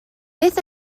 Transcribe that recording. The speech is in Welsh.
beth